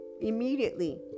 immediately